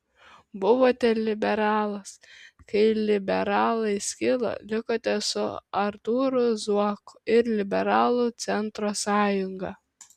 buvote liberalas kai liberalai skilo likote su artūru zuoku ir liberalų centro sąjunga